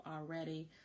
already